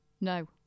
No